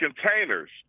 containers